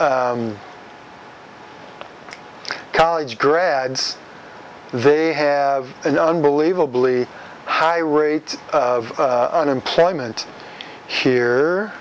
college grads they have an unbelievably high rate of unemployment here